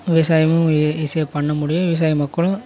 விவசாயமும் ஈஸியாக பண்ண முடியும் விவசாய மக்களும்